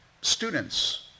students